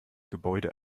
gebäude